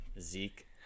Zeke